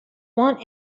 want